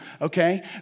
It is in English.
okay